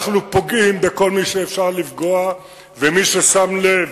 אנחנו פוגעים בכל מי שאפשר לפגוע, ומי ששם לב,